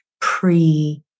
pre